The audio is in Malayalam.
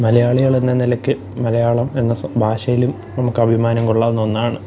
മലയാളികളെന്ന നിലയ്ക്ക് മലയാളം എന്ന ഭാഷയിലും നമുക്ക് അഭിമാനം കൊള്ളാവുന്ന ഒന്നാണ്